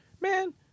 man